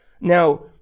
Now